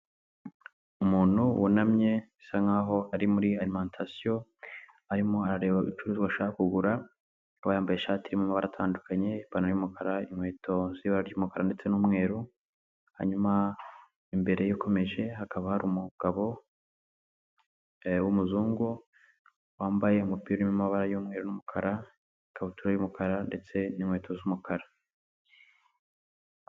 Umuntu wunamye bisa nkaho ari muri alimantasiyo, arimo arareba ibicuruzwa ashaka kugura, akaba yambaye ishati irimo amabara atandukanye, ipantaro y'umukara inkweto z'ibara ry'umukara ndetse n'umweru, hanyuma imbere ye ukomeje hakaba hari umugabo w'umuzungu, wambaye umupira urimo amabara y'umweru n'umukara, ikabutura y'umukara ndetse n'inkweto z'umukara.